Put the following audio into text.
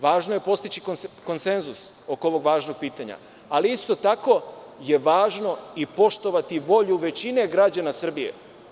Važno je postići konsenzus oko ovog važnog pitanja, ali je isto tako važno poštovati volju većine građana Srbije.